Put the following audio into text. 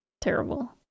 terrible